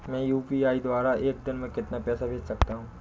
मैं यू.पी.आई द्वारा एक दिन में कितना पैसा भेज सकता हूँ?